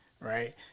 right